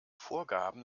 vorgaben